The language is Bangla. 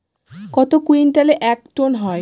কত কুইন্টালে এক টন হয়?